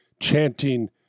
chanting